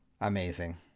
Amazing